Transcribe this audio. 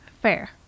Fair